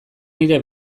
nire